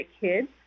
kids